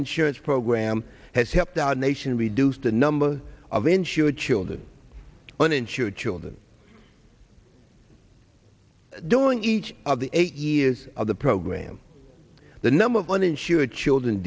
insurance program has helped our nation reduce the number of insured children uninsured children doing each of the eight years of the program the number of uninsured ch